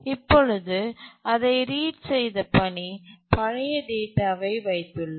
இப்பொழுது அதைப் ரீட் செய்த பணி பழைய டேட்டாவைப் வைத்துள்ளது